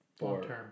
long-term